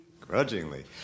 Grudgingly